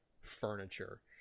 furniture